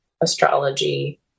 astrology